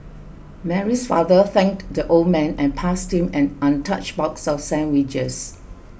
Mary's father thanked the old man and passed him an untouched box of sandwiches